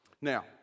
Now